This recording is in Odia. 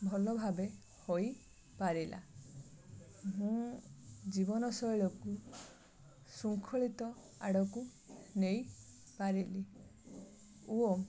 ଭଲ ଭାବେ ହୋଇପାରିଲା ମୁଁ ଜୀବନଶୈଳୀକୁ ଶୃଙ୍ଖଳିତ ଆଡ଼କୁ ନେଇ ପାରିଲି ଓ